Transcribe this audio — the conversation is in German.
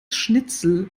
schnitzel